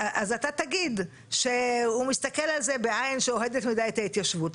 אז אתה תגיד שהוא מסתכל על זה בעין שאוהדת מידי את ההתיישבות.